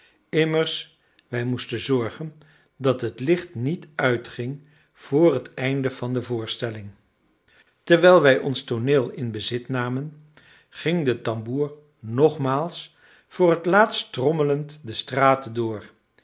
immers wij moesten zorgen dat het licht niet uitging vr het einde van de voorstelling terwijl wij ons tooneel in bezit namen ging de tamboer nogmaals voor het laatst trommelend de straten door